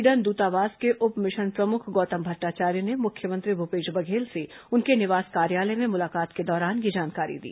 Sweden दूतावास के उप मिशन प्रमुख गौतम भट्टाचार्य ने मुख्यमंत्री भूपेश बघेल से उनके निवास कार्यालय में मुलाकात के दौरान यह जानकारी दी